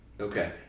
Okay